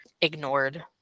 ignored